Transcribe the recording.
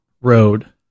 road